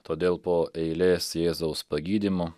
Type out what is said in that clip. todėl po eilės jėzaus pagydymų